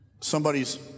somebody's